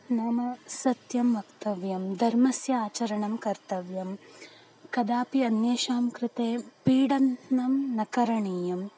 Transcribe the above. नाम सत्यं वक्तव्यं धर्मस्य आचरणं कर्तव्यं कदापि अन्येषां कृते पीडनं न करणीयं